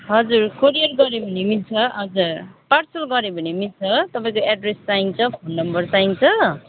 हजुर कोरियर गऱ्यो भने मिल्छ हजुर पार्सल गऱ्यो भने मिल्छ तपाईँको एड्रेस चाहिन्छ फोन नम्बर चाहिन्छ